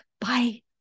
Bye